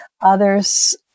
Others